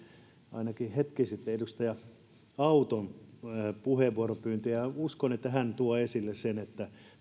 ainakin hetki sitten edustaja auton puheenvuoropyyntö että hän tuo esille sen että